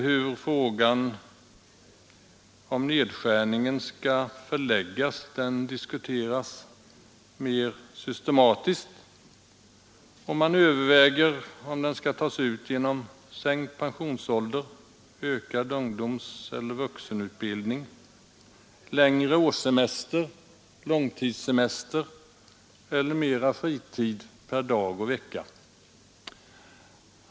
Hur nedskärningen skall göras diskuteras mer systematiskt, och man överväger om den skall tas ut genom sänkt pensionsålder, ökad ungdomseller vuxenutbildning, längre årssemester, långtidssemester eller mera fritid per dag och vecka.